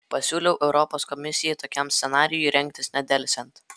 pasiūliau europos komisijai tokiam scenarijui rengtis nedelsiant